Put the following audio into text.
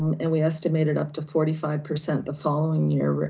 um and we estimated up to forty five percent the following year,